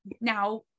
Now